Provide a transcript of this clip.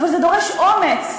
אבל זה דורש אומץ,